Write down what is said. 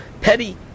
petty